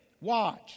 Watch